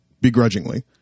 begrudgingly